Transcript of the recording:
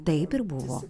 taip ir buvo